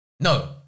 No